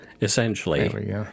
Essentially